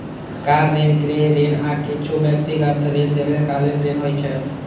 car ऋण, गृह ऋण, आ किछु व्यक्तिगत ऋण दीर्घकालीन ऋण होइ छै